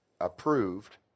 approved